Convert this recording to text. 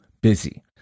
busy